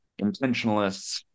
intentionalists